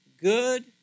good